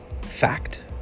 Fact